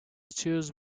choose